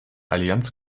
allianz